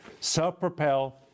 self-propel